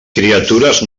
criatures